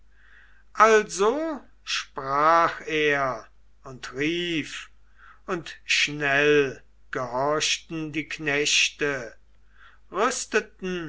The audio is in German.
also sprach er und rief und schnell gehorchten die knechte rüsteten